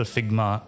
Figma